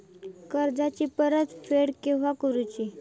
कर्जाची परत फेड केव्हा करुची?